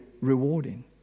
rewarding